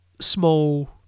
small